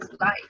life